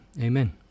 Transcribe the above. Amen